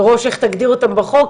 מראש איך תגדיר אותם בחוק,